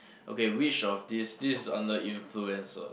okay which of these this under influencer